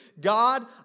God